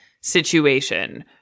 situation